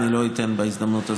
אני לא אתן בהזדמנות הזאת.